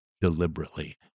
deliberately